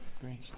Great